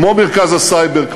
כמו מרכז הסייבר,